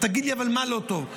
אבל תגיד לי מה לא טוב.